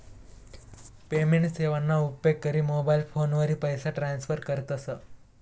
payment सेवाना उपेग करी मोबाईल फोनवरी पैसा ट्रान्स्फर करतस